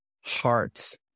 hearts